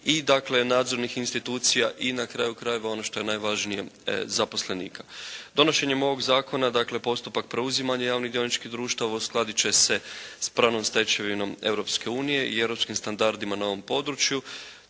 nadzornih institucija i na kraju krajeva ono što je najvažnije zaposlenika. Donošenjem ovog zakona dakle postupak preuzimanja javnih dioničkih društava uskladit će se s pravnom stečevinom Europske unije i europskim standardima na ovom području.